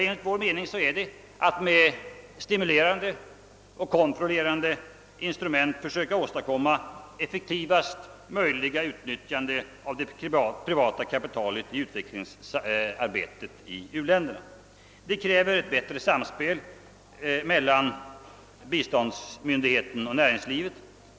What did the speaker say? Enligt vår mening är den att med stimulerande och kontrollerande instrument försöka åstadkomma effektivaste möjliga utnyttjande av det privata kapitalet i utvecklingsarbetet inom u-länderna. Det kräver ett bättre samspel mellan biståndsmyndigheten och näringslivet.